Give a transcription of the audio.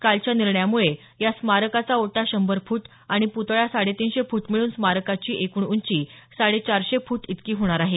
कालच्या निर्णयामुळे या स्मारकाचा ओटा शंभर फूट आणि पुतळा साडेतीनशे फूट मिळून स्मारकाची एकूण उंची साडेचारशे फूट इतकी होणार आहे